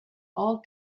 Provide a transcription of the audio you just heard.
all